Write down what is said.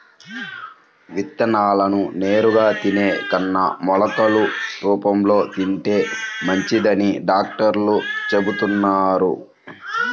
విత్తనాలను నేరుగా తినే కన్నా మొలకలు రూపంలో తింటే మంచిదని డాక్టర్లు చెబుతున్నారు